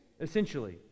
essentially